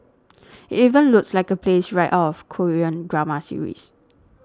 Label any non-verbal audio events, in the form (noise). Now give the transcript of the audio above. (noise) it even looks like a place right out of Korean drama series